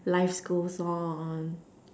life goes on